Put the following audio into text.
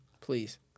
Please